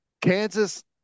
Kansas